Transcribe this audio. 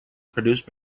produced